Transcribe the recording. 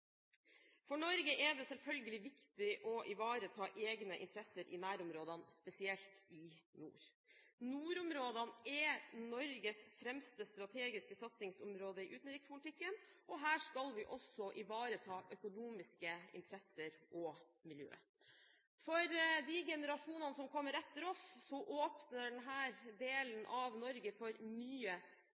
For Norge er det selvfølgelig viktig å ivareta egne interesser i nærområdene, spesielt i nord. Nordområdene er Norges fremste strategiske satsingsområde i utenrikspolitikken, og her skal vi også ivareta økonomiske interesser og miljøer. For de generasjonene som kommer etter oss, åpner denne delen av Norge for nye,